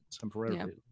temporarily